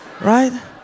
Right